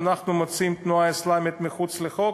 אנחנו מוציאים את התנועה האסלאמית מחוץ לחוק,